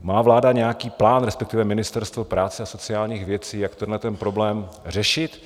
Má vláda nějaký plán, respektive Ministerstvo práce a sociálních věcí, jak tenhle problém řešit?